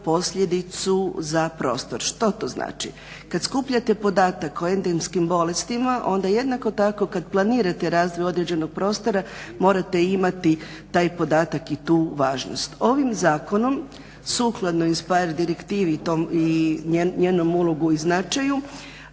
posljedicu za prostor. Što to znači? Kad skupljate podatak o endemskim bolestima onda jednako tako kad planirate razvoj određenog prostora morate imati taj podatak i tu važnost. Ovim zakonom sukladno INSPIRE direktivi i njenom ulogu i značaju